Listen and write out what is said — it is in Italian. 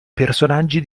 personaggi